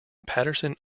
patterson